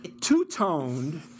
two-toned